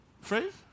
phrase